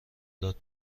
داد